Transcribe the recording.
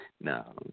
No